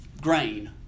grain